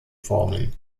formen